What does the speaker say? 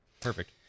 Perfect